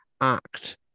act